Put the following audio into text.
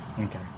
Okay